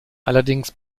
allerdings